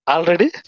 Already